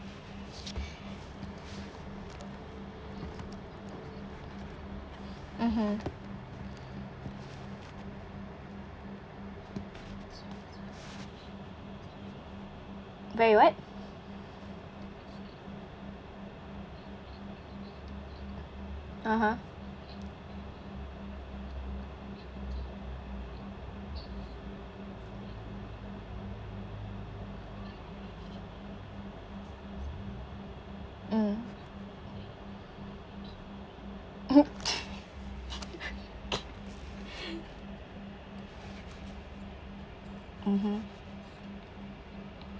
mmhmm very what (uh huh) mm mmhmm